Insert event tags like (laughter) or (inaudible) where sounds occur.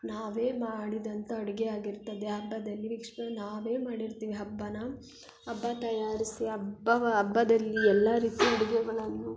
ನಾವೇ ಮಾಡಿದಂಥ ಅಡುಗೆ ಆಗಿರ್ತದೆ ಹಬ್ಬದಲ್ಲಿ (unintelligible) ನಾವೇ ಮಾಡಿರ್ತೀವಿ ಹಬ್ಬನ ಹಬ್ಬ ತಯಾರಿಸಿ ಹಬ್ಬವ ಹಬ್ಬದಲ್ಲಿ ಎಲ್ಲ ರೀತಿ ಅಡುಗೆಗಳನ್ನು